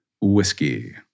whiskey